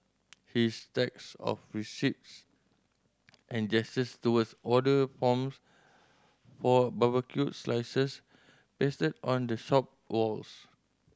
his stacks of receipts and gestures towards order forms for barbecued slices pasted on the shop walls